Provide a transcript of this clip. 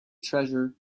treasure